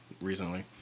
recently